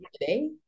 today